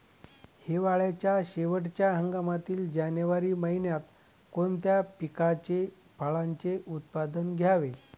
हिवाळ्याच्या शेवटच्या हंगामातील जानेवारी महिन्यात कोणत्या पिकाचे, फळांचे उत्पादन घ्यावे?